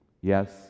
yes